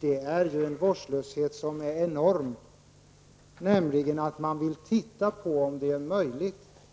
Det är en enorm vårdslöshet att säga att man vill se om det är möjligt.